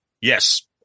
Yes